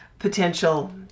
Potential